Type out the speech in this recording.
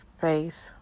faith